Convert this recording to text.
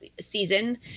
season